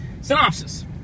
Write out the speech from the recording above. Synopsis